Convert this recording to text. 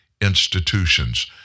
institutions